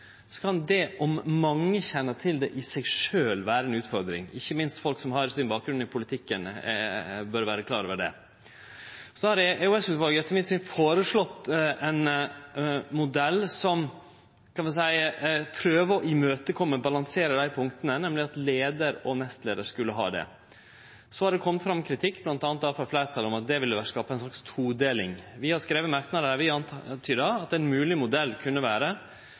Så må det vegast mot praktiske forhold og ikkje minst eitt viktig forhold, nemleg at sidan dette dreier seg om uhyre sensitive ting, kan det at mange kjenner til det, i seg sjølv vere ei utfordring. Ikkje minst folk som har sin bakgrunn i politikken, bør vere klar over det. EOS-utvalet har etter mitt syn føreslått ein modell som prøver å imøtekome og balansere dei punkta, nemleg at leiar og nestleiar skulle ha innsyn. Det har kome fram kritikk, bl.a. frå fleirtalet, om at det ville skape ei slags todeling. I merknadene har vi antyda at